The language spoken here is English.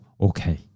okay